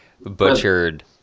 butchered